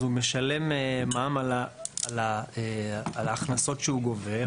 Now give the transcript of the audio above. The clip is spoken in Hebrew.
אז הוא משלם מע"מ על ההכנסות שהוא גובה,